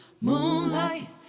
moonlight